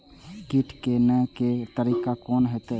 कीट के ने हे के तरीका कोन होते?